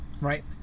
Right